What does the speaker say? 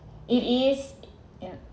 it is yeah